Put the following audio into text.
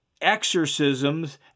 exorcisms